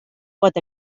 pot